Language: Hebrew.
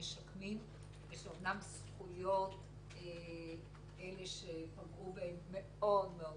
משקמים את אומנם זכויות של אלה שפגעו בהם מאוד-מאוד,